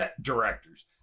Directors